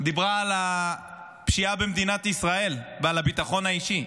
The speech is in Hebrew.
דיברה על הפשיעה במדינת ישראל ועל הביטחון האישי.